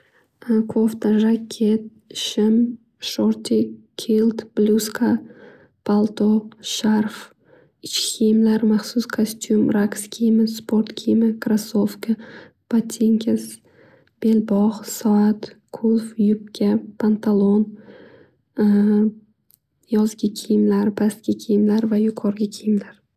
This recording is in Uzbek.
Kofta, jaket, shim, shortik, kilt, bluzka, palto, sharf, ichki kiyimlar, maxsus kastum, raqs kiyimi, sport kiyimi, krosofka, batinka, belbog', soat, qulf, yupka, pantalon, yozgi kiyimlar, pastgi kiyimlar va yuqorgi kiyimlar.